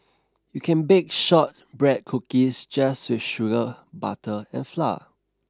you can bake shortbread cookies just with sugar butter and flour